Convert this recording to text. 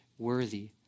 worthy